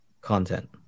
content